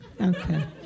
okay